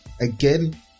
again